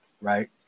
right